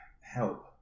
Help